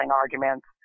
arguments